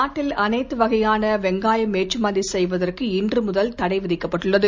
நாட்டில் அனைத்து வகையான வெங்காயம் ஏற்றுமதி செய்வதற்கு இன்று முதல் தடை விதிக்கப்பட்டுள்ளது